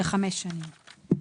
לחמש שנים.